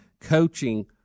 coaching